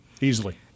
easily